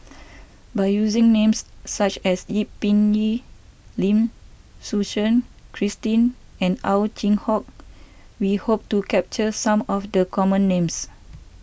by using names such as Yip Pin Lim Suchen Christine and Ow Chin Hock we hope to capture some of the common names